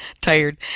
tired